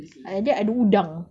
lagi-lagi ada udang